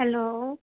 hello